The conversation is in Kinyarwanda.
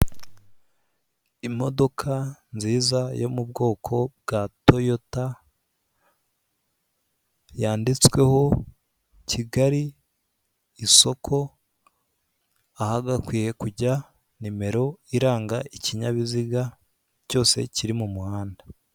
Imodoka nziza yo mu bwoko bwa toyota, yanditsweho Kigali isoko ahagakwiye kujya nimero iranga ikinyabiziga cyose kiri mu muhanda.